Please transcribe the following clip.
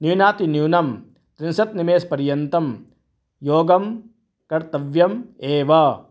न्यूनातिन्यूनं त्रिंशत् निमेषपर्यन्तं योगः कर्तव्यः एव